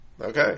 Okay